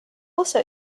also